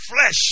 flesh